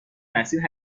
مسیر